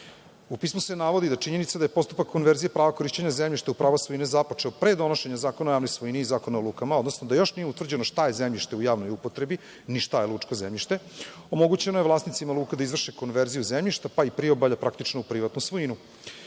U pismu se navodi da činjenica da je postupak konverzije, prava korišćenja zemljišta u pravu svojine započeo pre donošenja Zakona o javnoj svojini i Zakona o lukama, odnosno da još nije utvrđeno šta je zemljište u javnoj upotrebi, ni šta je lučko zemljište. Omogućeno je vlasnicima luka da izvrše konverziju zemljišta pa i priobalja praktično u privatnu svojinu. Verica